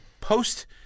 Post